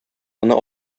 моны